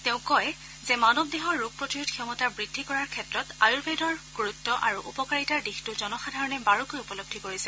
তেওঁ কয় যে মানৱ দেহৰ ৰোগ প্ৰতিৰোধ ক্ষমতা বৃদ্ধি কৰাৰ ক্ষেত্ৰত আয়ুৰ্বেদৰ গুৰুত্ব আৰু উপকাৰীতাৰ দিশটো জনসাধাৰণে বাৰুকৈয়ে উপলধী কৰিছে